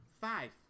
Five